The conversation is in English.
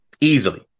Easily